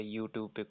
YouTube